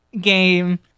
game